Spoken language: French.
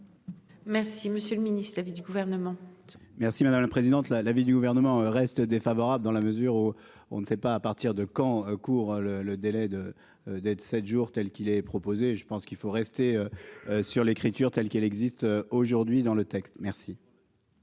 Merci Monsieur le Ministre, de l'avis du gouvernement. Merci madame la présidente, là l'avis du gouvernement reste défavorable dans la mesure où on ne sait pas, à partir de. Qu'en cours le le délai de d'être sept jours telle qu'il avait proposé, je pense qu'il faudrait. C'est. Sur l'écriture telle qu'elle existe aujourd'hui dans le texte. Merci.